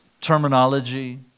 terminology